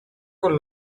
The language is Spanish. con